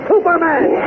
Superman